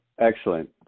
Excellent